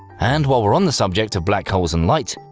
and while we're on the subject of black holes and light,